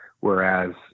Whereas